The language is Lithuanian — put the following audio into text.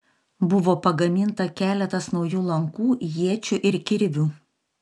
buvo pagaminta keletas naujų lankų iečių ir kirvių